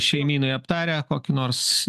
šeimynoje aptarę kokį nors